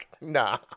nah